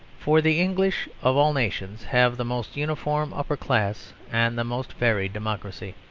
for the english, of all nations, have the most uniform upper class and the most varied democracy.